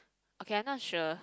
okay I not sure